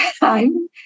time